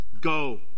Go